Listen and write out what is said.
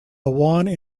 one